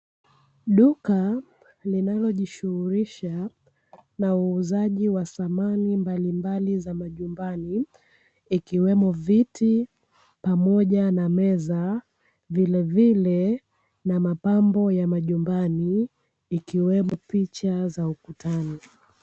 Duka linalojishughulisha na uuzaji wa samani mbalimbali za majumbani ikiwemo viti pamoja na meza, vilivile na mapambo ya manyumbani, ikiwemo picha za ukutani.